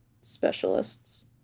specialists